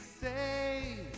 say